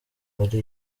ari